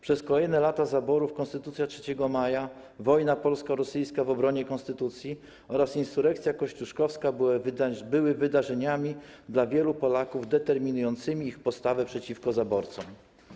Przez kolejne lata zaborów Konstytucja 3 maja, wojna polsko-rosyjska w obronie konstytucji oraz insurekcja kościuszkowska były wydarzeniami dla wielu Polaków determinującymi ich postawę przeciwko zaborcom.